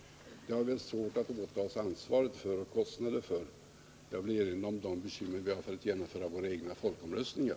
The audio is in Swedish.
Vi har svårt att påta oss ansvaret och kostnaderna för detta. Jag vill erinra om de bekymmer vi har för att genomföra våra egna folkomröstningar.